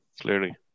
clearly